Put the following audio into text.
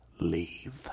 leave